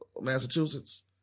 Massachusetts